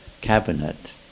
cabinet